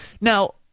Now